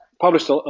published